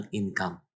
income